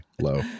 Low